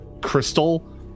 crystal